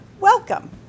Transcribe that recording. welcome